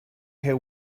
care